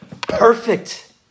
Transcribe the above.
Perfect